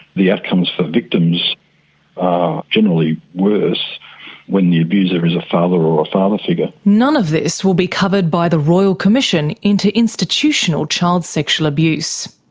the outcomes for the victims are generally worse when the abuser is a father or a father figure. none of this will be covered by the royal commission into institutional child sexual abuse.